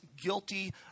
guilty